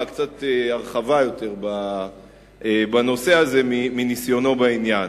קצת הרחבה בנושא הזה מניסיונו בעניין.